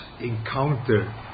encounter